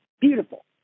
beautiful